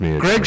Greg